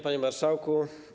Panie Marszałku!